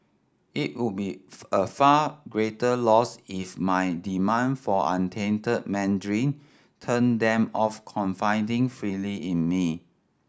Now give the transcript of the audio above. it would be a far greater loss if my demand for untainted Mandarin turned them off confiding freely in me